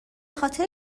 خاطر